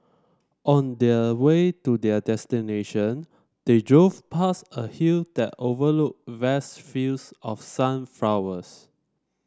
on the way to their destination they drove past a hill that overlooked vast fields of sunflowers